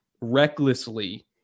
recklessly